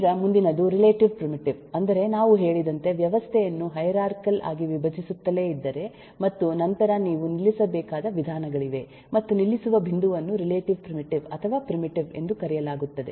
ಈಗ ಮುಂದಿನದು relative primitive ಅಂದರೆ ನಾವು ಹೇಳಿದಂತೆ ವ್ಯವಸ್ಥೆಯನ್ನು ಹೈರಾರ್ಚಿಕಲ್ ಆಗಿ ವಿಭಜಿಸುತ್ತಲೇ ಇದ್ದರೆ ಮತ್ತು ನಂತರ ನೀವು ನಿಲ್ಲಿಸಬೇಕಾದ ವಿಧಾನಗಳಿವೆ ಮತ್ತು ನಿಲ್ಲಿಸುವ ಬಿಂದುವನ್ನು ರಿಲೇಟಿವ್ ಪ್ರಿಮಿಟಿವ್ ಅಥವಾ ಪ್ರಿಮಿಟಿವ್ ಎಂದು ಕರೆಯಲಾಗುತ್ತದೆ